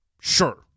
Sure